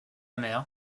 mer